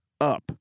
up